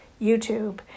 YouTube